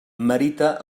merita